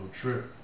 trip